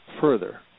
further